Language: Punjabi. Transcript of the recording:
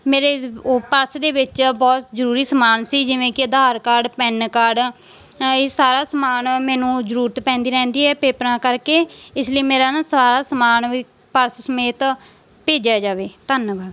ਮੇਰੇ ਉਹ ਪਰਸ ਦੇ ਵਿੱਚ ਬਹੁਤ ਜ਼ਰੂਰੀ ਸਮਾਨ ਸੀ ਜਿਵੇਂ ਕਿ ਅਧਾਰ ਕਾਰਡ ਪੈੱਨ ਕਾਰਡ ਇਹ ਸਾਰਾ ਸਮਾਨ ਮੈਨੂੰ ਜ਼ਰੂਰਤ ਪੈਂਦੀ ਰਹਿੰਦੀ ਹੈ ਪੇਪਰਾਂ ਕਰਕੇ ਇਸਲਈ ਮੇਰਾ ਨਾ ਸਾਰਾ ਸਮਾਨ ਵੀ ਪਰਸ ਸਮੇਤ ਭੇਜਿਆ ਜਾਵੇ ਧੰਨਵਾਦ